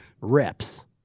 reps